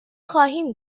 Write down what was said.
خواهیم